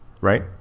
right